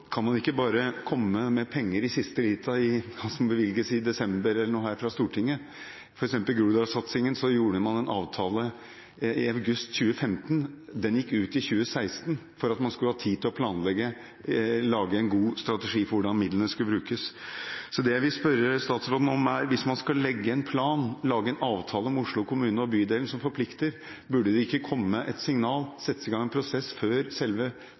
kan man ikke bare komme med penger i siste liten, i hva som bevilges i desember eller ellers her i Stortinget. For eksempel i Groruddalssatsingen gjorde man en avtale i august 2015 – den gikk ut i 2016 – for at man skulle ha tid til å planlegge og å lage en god strategi for hvordan midlene skulle brukes. Det jeg vil spørre statsråden om, er: Hvis man skal legge en plan og lage en avtale med Oslo kommune og bydelen som forplikter, burde det ikke komme et signal, settes i gang en prosess, før selve